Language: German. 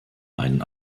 einen